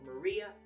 Maria